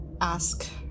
ask